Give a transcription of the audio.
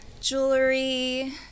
jewelry